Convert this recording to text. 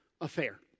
affair